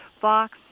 Fox